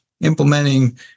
implementing